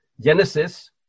Genesis